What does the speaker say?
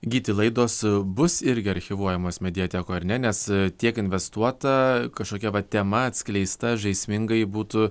gyti laidos bus irgi archyvuojamos mediatekoj ar ne nes tiek investuota kažkokia vat tema atskleista žaismingai būtų